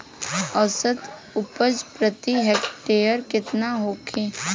औसत उपज प्रति हेक्टेयर केतना होखे?